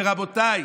רבותיי,